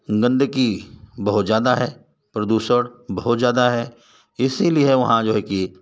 गंदगी बहुत ज़्यादा है प्रदूषण बहुत ज़्यादा है इसीलिए है वहाँ जो है कि